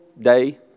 day